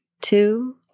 Two